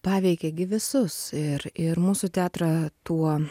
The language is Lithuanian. paveikė visus ir ir mūsų teatrą tuo